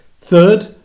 Third